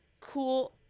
cool